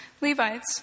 Levites